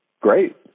great